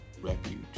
Refuge